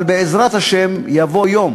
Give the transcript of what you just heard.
אבל בעזרת השם יבוא יום